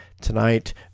tonight